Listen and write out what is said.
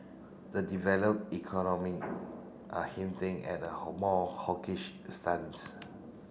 the develop economy are hinting at a more hawkish stance